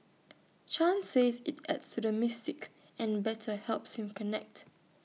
chan says IT adds to the mystique and better helps him connect